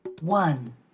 one